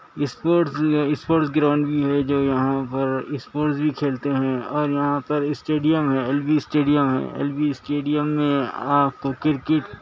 sports بھی ہے sports ground بھی ہے جو یہاں پر اسپوٹس بھی کھیلتے ہیں اور یہاں پر اسٹیڈیم ہے ایل وی اسٹیڈیم ہے ایل وی اسٹیڈیم میں آپ کو کرکٹ